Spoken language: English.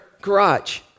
garage